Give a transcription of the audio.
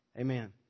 Amen